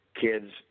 kids